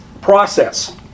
process